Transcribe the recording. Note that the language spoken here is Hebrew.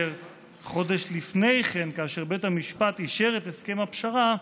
חודש לפני כן, כאשר בית המשפט אישר את הסכם הפשרה,